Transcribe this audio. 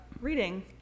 reading